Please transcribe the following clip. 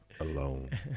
alone